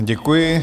Děkuji.